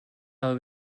aber